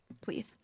please